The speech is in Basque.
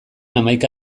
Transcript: hamaika